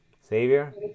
Savior